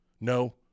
No